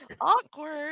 awkward